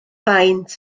faint